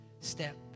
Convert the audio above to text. step